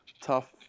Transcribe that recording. tough